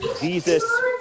Jesus